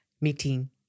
meeting